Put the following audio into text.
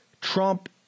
Trump